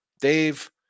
Dave